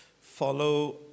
follow